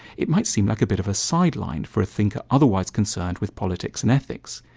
it might seem like a bit of a sideline for a thinker otherwise concerned with politics and ethics,